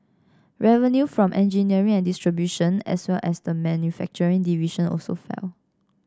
revenue from engineering and distribution as well as the manufacturing division also fell